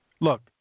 Look